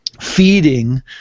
feeding